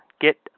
get